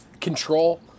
control